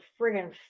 friggin